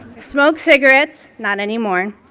smoke cigarettes, not any more.